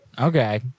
Okay